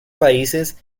países